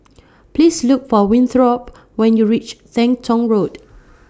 Please Look For Winthrop when YOU REACH Teng Tong Road